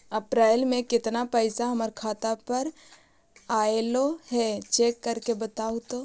अप्रैल में केतना पैसा हमर खाता पर अएलो है चेक कर के बताहू तो?